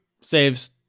saves